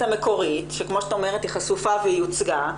המקורית שכמו שאת אומרת היא חשופה והיא הוצגה,